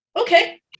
Okay